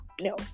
No